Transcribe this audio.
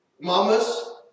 Mamas